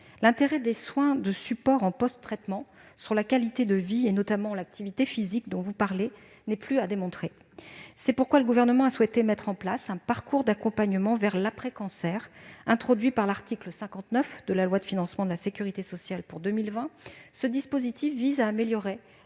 L'intérêt des soins de support en post-traitement sur la qualité de vie, notamment l'activité physique dont vous parlez, n'est plus à démontrer. C'est pourquoi le Gouvernement a souhaité mettre en place un parcours d'accompagnement vers l'après-cancer, introduit à l'article 59 de la loi de financement de la sécurité sociale pour 2020. Ce dispositif vise à améliorer